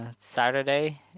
saturday